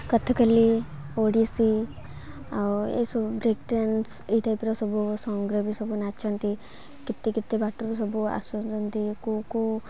କଥକଲି ଓଡ଼ିଶୀ ଆଉ ଏସବୁ break dance ଏହି ଟାଇପ୍ର ସବୁ ସଙ୍ଗ୍ରେ ସବୁ ନାଚନ୍ତି କେତେ କେତେ ବାଟରୁ ସବୁ ଆସୁଛନ୍ତି କେଉଁ କେଉଁ